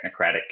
technocratic